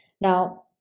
Now